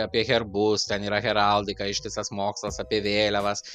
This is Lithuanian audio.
apie herbus ten yra heraldika ištisas mokslas apie vėliavas